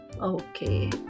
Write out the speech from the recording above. Okay